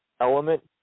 element